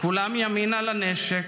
כולם ימינה לנשק,